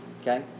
Okay